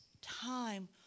time